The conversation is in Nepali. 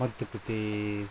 मध्य प्रदेश